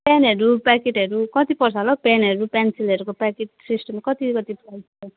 पेनहरू प्याकेटहरू कति पर्छ होला हौ पेनहरू पेन्सिलहरूको प्याकेट सिस्टम कति कति प्राइज छ